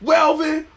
Welvin